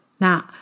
Now